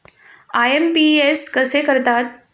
IMPS कसे करतात?